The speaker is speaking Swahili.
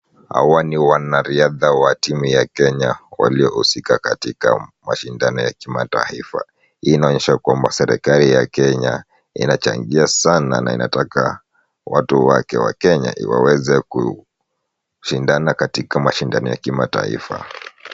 Hawa ni wanariadha wa timu ya Kenya waliohusika katika mashindano ya kimataifa, hii inaonyesha kwamba serikali ya Kenya inachangia sana na inataka watu wake wa Kenya waweze kushindana katika mashindano ya kimataifa.